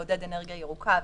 לעודד אנרגיה ירוקה,